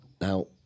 now